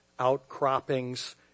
outcroppings